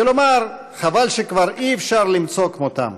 כלומר, חבל שכבר אי-אפשר למצוא כמותם.